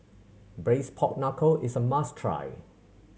Braised Pork Knuckle is a must try